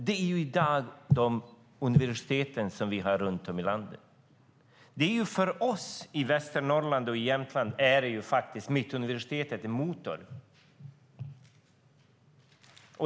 Det är i dag de universitet som vi har runt om i landet. För oss i Västernorrland och i Jämtland är Mittuniversitetet en motor.